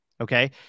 Okay